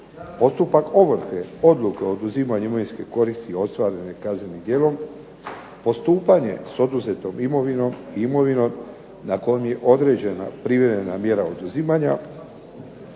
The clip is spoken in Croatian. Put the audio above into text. postupak ovrhe odluke oduzimanja imovinske koristi ostvarene kaznenim djelom, postupanje s oduzetom imovinom nad kojom je određena privremena mjera oduzimanja,